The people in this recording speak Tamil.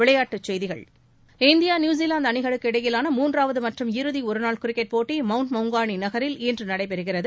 விளையாட்டுச் செய்திகள் இந்தியா நியுசிலாந்து அணிகளுக்கு இடையிலான மூன்றாவது மற்றும் இறுதி ஒருநாள் கிரிக்கெட் போட்டி மவுண்ட் மவுங்காளி நகரில் இன்று நடைபெறுகிறது